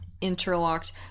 interlocked